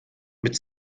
mit